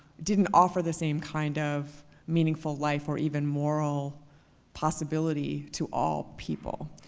didn't offer the same kind of meaningful life or even moral possibility to all people.